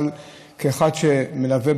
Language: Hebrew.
אבל כאחד שמלווה,